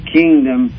kingdom